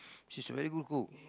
she's a very good cook